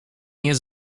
nie